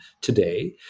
today